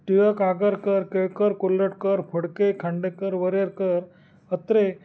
Tilak Agarkar Kelkar Kolhatkar Phadke Khandekar Varerkar Atre